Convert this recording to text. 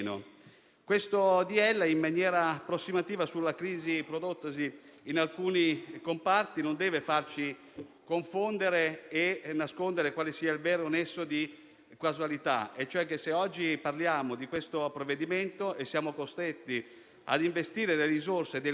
Nel solco di questa stessa logica, che possiamo dire più che approssimativa, si muove il decreto-legge, continuando a seguire un profilo emergenziale, senza affrontare nel merito le difficoltà di chi è rimasto indietro a causa della crisi economica. Le attività